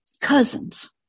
Cousins